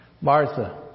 Martha